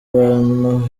ahantu